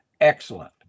excellent